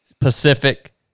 Pacific